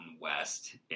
West